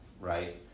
right